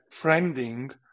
friending